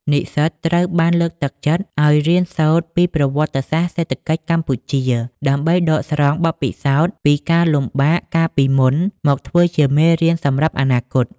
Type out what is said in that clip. និស្សិតត្រូវបានលើកទឹកចិត្តឱ្យរៀនសូត្រពី "ប្រវត្តិសាស្ត្រសេដ្ឋកិច្ចកម្ពុជា" ដើម្បីដកស្រង់បទពិសោធន៍ពីការលំបាកកាលពីមុនមកធ្វើជាមេរៀនសម្រាប់អនាគត។